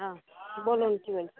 হ্যাঁ বলুন কী বলছেন